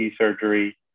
surgery